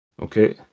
Okay